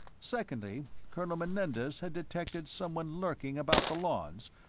secondly, colonel menendez had detected someone lurking about the lawns,